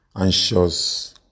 anxious